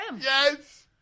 Yes